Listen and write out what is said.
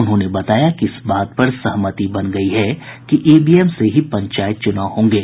उन्होंने बताया कि इस बात पर सहमति बन गयी है कि ईवीएम से ही पंचायत चुनाव होंगे